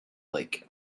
lake